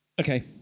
Okay